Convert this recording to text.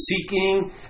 seeking